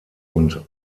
und